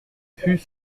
fut